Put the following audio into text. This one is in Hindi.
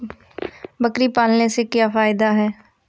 बकरी पालने से क्या फायदा है?